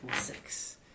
six